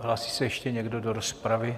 Hlásí se ještě někdo do rozpravy?